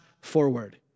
forward